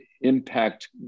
impact